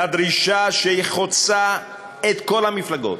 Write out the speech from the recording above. לדרישה שהיא חוצה את כל המפלגות,